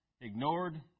Ignored